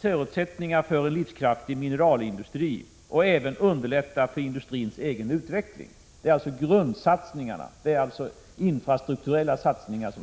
förutsättningar för en livskraftig mineralindustri och även underlätta industrins egen utveckling. Samhället kan alltså göra grundsatsningar, dvs. infrastrukturella satsningar.